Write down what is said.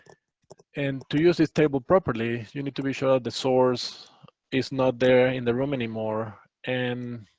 and to use this table properly, you need to be sure the source is not there in the room anymore. and